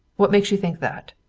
what makes you think that?